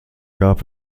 gab